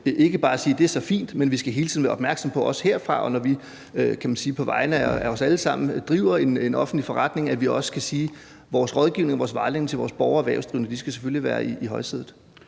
ikke bare skal sige, at det så er fint, men at vi hele tiden skal være opmærksomme på, også herfra, at når vi på vegne af os alle sammen driver en offentlig forretning, skal vores vejledning til vores borgere og erhvervsdrivende selvfølgelig være i højsædet.